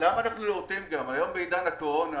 --- היום בעידן הקורונה,